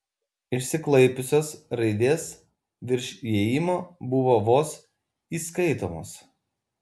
išsiklaipiusios raidės virš įėjimo buvo vos įskaitomos